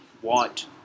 white